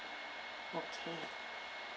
okay